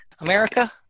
America